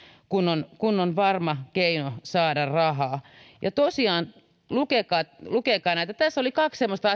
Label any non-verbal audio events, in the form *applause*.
kun on kun on varma keino saada rahaa tosiaan lukekaa lukekaa näitä tässä oli kaksi semmoista *unintelligible*